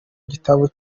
gitabo